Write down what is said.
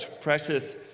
Precious